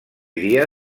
dia